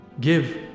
give